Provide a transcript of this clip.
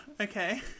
Okay